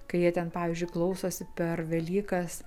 kai jie ten pavyzdžiui klausosi per velykas